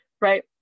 right